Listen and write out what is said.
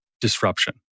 disruption